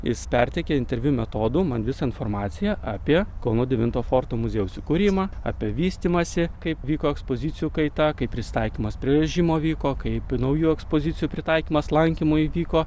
jis perteikė interviu metodu man visą informaciją apie kauno devinto forto muziejaus įkūrimą apie vystymąsi kaip vyko ekspozicijų kaita kaip prisitaikymas prie režimo vyko kaip naujų ekspozicijų pritaikymas lankymui vyko